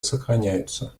сохраняются